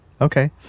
Okay